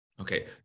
Okay